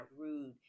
rude